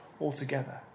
altogether